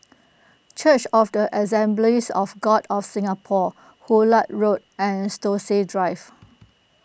Church of the Assemblies of God of Singapore Hullet Road and Stokesay Drive